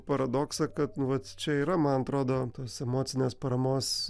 paradoksą kad nu vat čia yra man atrodo tos emocinės paramos